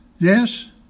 Yes